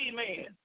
amen